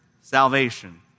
salvation